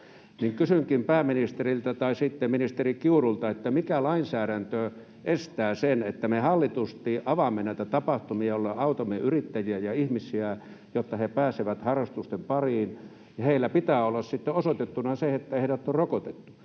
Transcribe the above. Kysynkin pääministeriltä tai sitten ministeri Kiurulta: mikä lainsäädäntö estää sen, että me hallitusti avaamme näitä tapahtumia, jolloin autamme yrittäjiä ja ihmisiä, jotta he pääsevät harrastusten pariin, ja heillä pitää olla sitten osoitettuna se, että heidät on rokotettu?